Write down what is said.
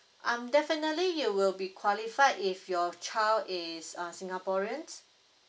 um definitely you will be qualified if your child is uh singaporean